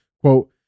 quote